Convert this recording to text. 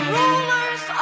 rulers